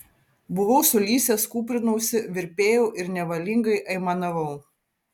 buvau sulysęs kūprinausi virpėjau ir nevalingai aimanavau